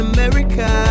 America